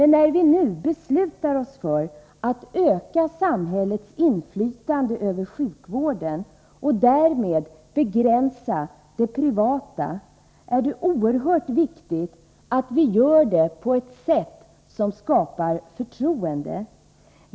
När vi nu beslutar oss för att öka samhällets inflytande över sjukvården och därmed begränsa den privata vården, är det oerhört viktigt att vi gör det på ett sätt som skapar förtroende.